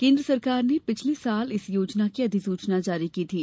केन्द्र सरकार ने पिछले वर्ष इस योजना की अधिसूचना जारी की थी